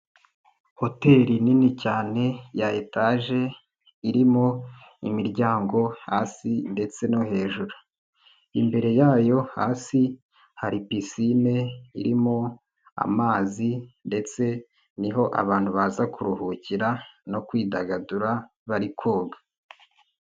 Hoteri nini cyane ya etaje irimo imiryango hasi ndetse no hejuru, imbere yayo hasi hari pisine irimo amazi ndetse niho abantu baza kuruhukira no kwidagadura bari koga.